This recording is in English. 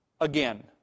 again